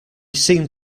seemed